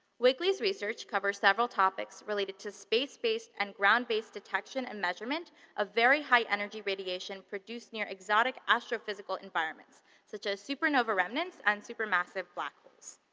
wakely's research covers several topics related to space based and ground based detection and measurement of very high energy radiation produced near exotic astrophysical environments such as supernova remnants and supermassive black holes.